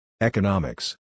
Economics